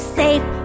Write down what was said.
safe